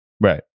Right